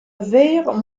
veyre